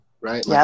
right